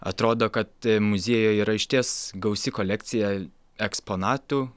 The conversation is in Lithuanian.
atrodo kad muziejuj yra išties gausi kolekcija eksponatų